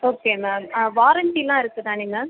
okay ma'am வாரண்ட்டிலாம் இருக்குது தானே மேம்